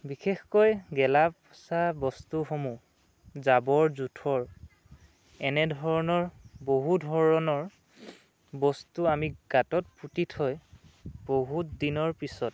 বিশেষকৈ গেলা পচা বস্তুসমূহ জাবৰ জোঁথৰ এনেধৰণৰ বহু ধৰণৰ বস্তু আমি গাতত পুতি থৈ বহুত দিনৰ পিছত